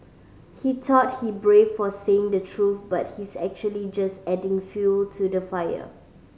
he thought he brave for saying the truth but he's actually just adding fuel to the fire